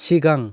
सिगां